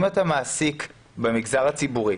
אם אתה מעסיק במגזר הציבורי,